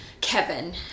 Kevin